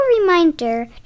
reminder